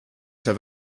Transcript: have